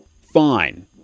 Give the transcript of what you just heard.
Fine